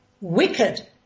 wicked